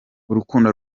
urukundo